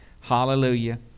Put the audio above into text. Hallelujah